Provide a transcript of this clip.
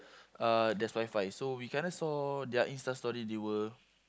uh there's WiFi so we kinda saw their Insta story they were